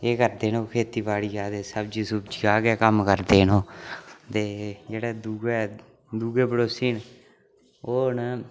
एह् करदे न ओह् खेतीबाड़िया ते सब्जी सुब्जी दा गै कम्म करदे न ओह् ते जेह्ड़े दूए दुए पड़ोसी न ओह् न